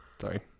Sorry